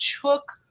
took